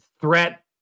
threat